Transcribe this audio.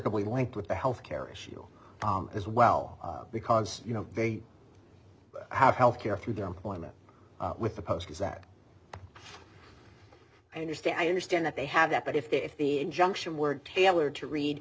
couple be linked with the health care issue as well because you know they have health care through their employment with the post is that i understand i understand that they have that but if the injunction word tailored to read